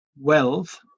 wealth